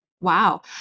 Wow